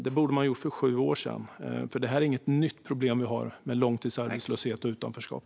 Det borde man ha gjort för sju år sedan. Det är inget nytt problem vi har med långtidsarbetslöshet och utanförskap.